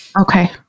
Okay